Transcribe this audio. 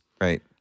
right